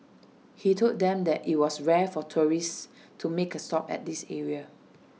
he told them that IT was rare for tourists to make A stop at this area